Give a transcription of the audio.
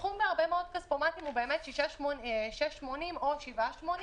הסכום בהרבה מאוד כספומטים הוא 6.80 או 7.80,